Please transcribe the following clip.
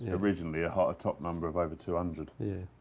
ah originally, ah ah a top number of over two hundred. yeah.